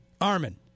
Armin